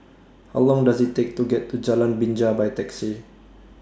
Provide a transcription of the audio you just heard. How Long Does IT Take to get to Jalan Binja By Taxi